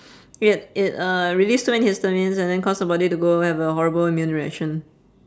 it it uh released too many histamines and then cause the body to go have a horrible immune reaction